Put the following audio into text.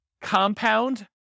compound